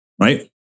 right